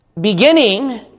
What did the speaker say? beginning